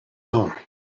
own